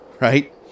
right